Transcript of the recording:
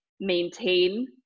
maintain